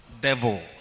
devil